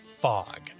fog